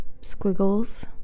squiggles